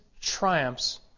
triumphs